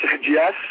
yes